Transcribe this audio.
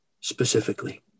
specifically